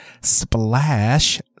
Splash